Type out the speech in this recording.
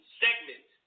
segment